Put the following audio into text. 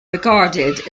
regarded